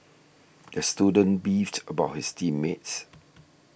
the student beefed about his team mates